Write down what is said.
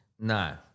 No